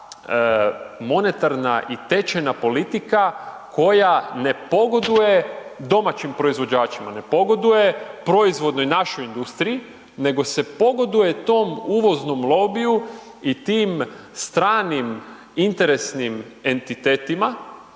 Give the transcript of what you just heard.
monetarna i tečajna politika, koja ne pogoduje domaćim proizvođačima, ne pogoduje, proizvodnoj i našoj industriju, nego se pogoduje tom uvoznom lobiju i tim stranim interesnim entitetima,